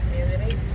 community